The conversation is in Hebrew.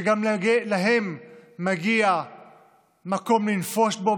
שגם להם מגיע מקום לנפוש בו,